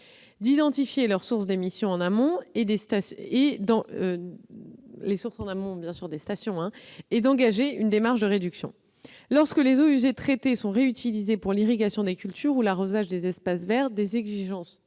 d'identifier leurs sources d'émission en amont des stations et d'engager une démarche de réduction. Lorsque les eaux usées traitées sont réutilisées pour l'irrigation des cultures ou l'arrosage des espaces verts, des exigences